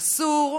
אסור,